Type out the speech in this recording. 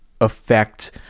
affect